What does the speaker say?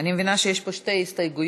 אני מבינה שיש פה שתי הסתייגויות,